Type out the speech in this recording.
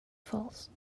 false